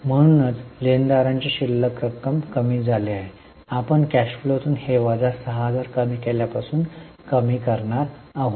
म्हणूनच लेनदारांची शिल्लक कमी झाली आहे आपण कॅश फ्लोातून हे वजा 6000 कमी केल्यापासून कमी करणार आहोत